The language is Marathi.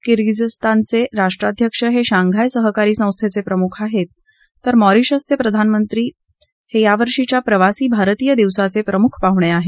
किर्गीझीस्तानचे राष्ट्राध्यक्ष हे शांघाय सहकारी संस्थेचे प्रमुख आहेत तर मॉरिशसचे प्रधानमंत्री जुगन्नाथ हे यावर्षींच्या प्रवासी भारतीय दिवसचे प्रमुख पाहुणे आहेत